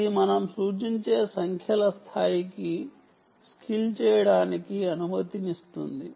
ఇది మనం సూచించే సంఖ్యల స్థాయికి స్కేల్ చేయడానికి అనుమతిస్తుంది